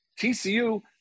TCU